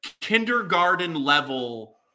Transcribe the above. kindergarten-level